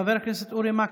חבר הכנסת אורי מקלב,